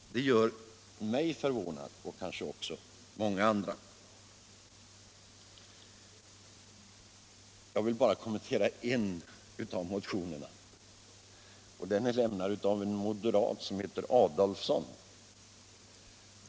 Jag är som sagt förvånad, och kanske många andra också är det. Jag vill bara kommentera en av motionerna. Den har väckts av en moderat som heter Adolfsson.